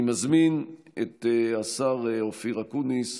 אני מזמין את השר אופיר אקוניס